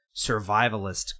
survivalist